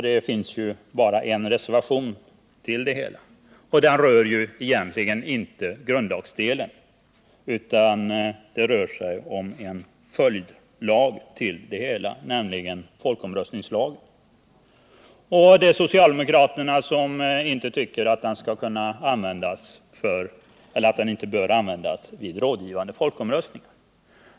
Det finns bara en reservation, och den rör egentligen inte grundlagsdelen utan den följdlag som folkomröstningslagen utgör. Det är socialdemokraterna som inte tycker att den lagen bör användas vid rådgivande folkomröstning.